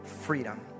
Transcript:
Freedom